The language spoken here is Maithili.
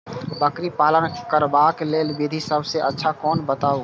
बकरी पालन करबाक लेल विधि सबसँ अच्छा कोन बताउ?